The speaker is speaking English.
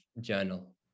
journal